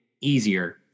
easier